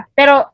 Pero